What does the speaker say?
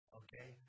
okay